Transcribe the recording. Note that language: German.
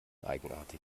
eigenartig